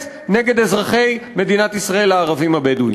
נגד אזרחי מדינת ישראל הערבים הבדואים.